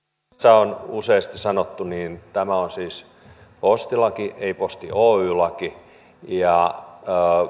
on useasti sanottu niin tämä on siis postilaki ei posti oy laki ja